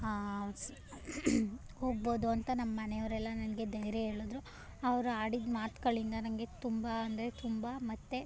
ಹಾಂ ಹೋಗ್ಬೌದು ಅಂತ ನಮ್ಮ ಮನೆಯವ್ರೆಲ್ಲ ನನಗೆ ಧೈರ್ಯ ಹೇಳಿದ್ರು ಅವ್ರು ಆಡಿದ ಮಾತುಗಳಿಂದ ನನಗೆ ತುಂಬ ಅಂದರೆ ತುಂಬ ಮತ್ತು